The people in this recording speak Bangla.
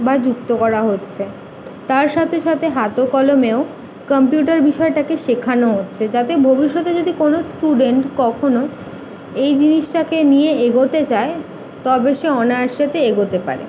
বা যুক্ত করা হচ্ছে তার সাথে সাথে হাতেকলমেও কম্পিউটার বিষয়টাকে শেখানো হচ্ছে যাতে ভবিষ্যতে যদি কোনো স্টুডেন্ট কখনও এই জিনিসটাকে নিয়ে এগোতে চায় তবে সে অনায়াসেতে এগোতে পারে